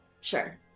Sure